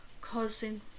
causing